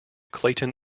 clayton